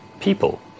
people